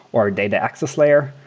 or a data access layer.